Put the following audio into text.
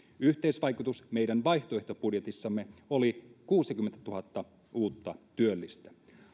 yhteisvaikutus meidän vaihtoehtobudjetissamme oli kuusikymmentätuhatta uutta työllistä